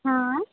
हां